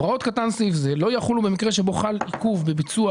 הוראות סעיף קטן זה לא יחולו במקרה שבו חל עיכוב בביצוע